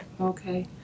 okay